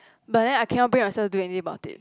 but then I cannot bring myself to do anything about it